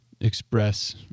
express